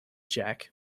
jack